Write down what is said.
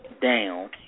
down